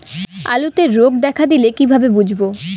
আলুতে রোগ দেখা দিলে কিভাবে বুঝবো?